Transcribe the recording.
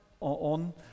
on